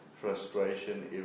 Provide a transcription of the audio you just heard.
frustration